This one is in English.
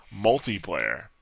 multiplayer